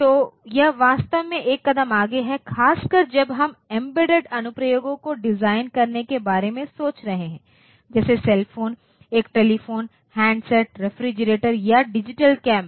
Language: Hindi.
तो यह वास्तव में एक कदम आगे है खासकर जब हम एम्बेडेड अनुप्रयोगों को डिजाइन करने के बारे में सोच रहे हैं जैसे सेल फोन एक टेलीफोन हैंडसेट रेफ्रिजरेटर या डिजिटल कैमरा